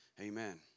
Amen